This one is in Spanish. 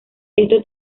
esto